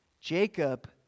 Jacob